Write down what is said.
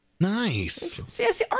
nice